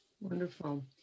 Wonderful